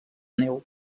neu